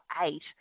eight